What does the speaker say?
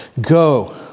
go